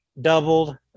doubled